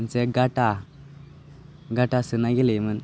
जे गाथा गाथा सोनाय गेलेयोमोन